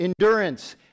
endurance